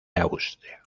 austria